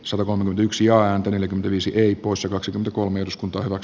salcomp yksi ääntä viisi ei poissa kaksi kolme eduskunta ovat